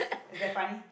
is that funny